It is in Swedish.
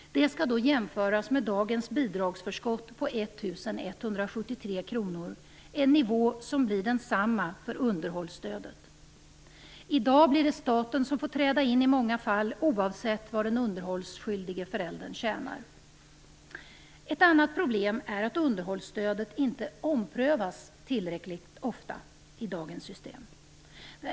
Det skall jämföras med dagens bidragsförskott på 1 173 kr, en nivå som blir densamma för underhållsstödet. I dag blir det staten som får träda in i många fall - oavsett vad den underhållsskyldige föräldern tjänar. Ett annat problem är att underhållsstöden inte omprövas tillräckligt ofta i dagens system.